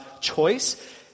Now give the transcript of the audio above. choice